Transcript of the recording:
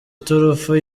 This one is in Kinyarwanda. iturufu